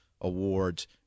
awards